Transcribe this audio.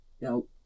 No